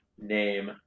Name